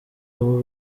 abo